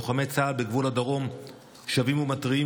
לוחמי צה"ל בגבול הדרום שבים ומתריעים